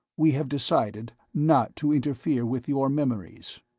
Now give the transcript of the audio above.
we have decided not to interfere with your memories.